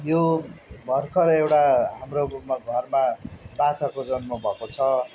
यो भर्खर एउटा हाम्रो रुममा घरमा बाछाको जन्म भएको छ